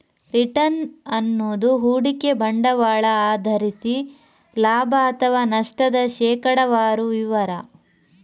return ಅನ್ನುದು ಹೂಡಿಕೆ ಬಂಡವಾಳ ಆಧರಿಸಿ ಲಾಭ ಅಥವಾ ನಷ್ಟದ ಶೇಕಡಾವಾರು ವಿವರ